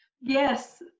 Yes